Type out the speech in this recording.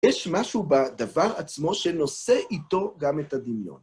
יש משהו בדבר עצמו שנושא איתו גם את הדמיון.